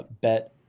bet